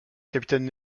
capitaine